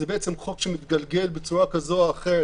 שזו הצעת חוק שמתגלגלת בצורה כזו או אחרת